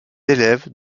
élèves